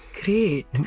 great